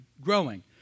growing